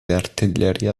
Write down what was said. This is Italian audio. artiglieria